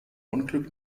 unglück